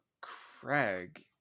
craig